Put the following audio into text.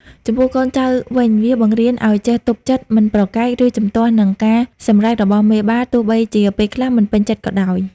ចំពោះកូនចៅវិញ វាបង្រៀនឱ្យចេះទប់ចិត្ត មិនប្រកែក ឬជំទាស់នឹងការសម្រេចរបស់មេបា ទោះបីជាពេលខ្លះមិនពេញចិត្តក៏ដោយ។